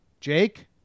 Jake